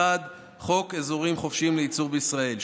1. חוק אזורים חופשיים לייצור בישראל,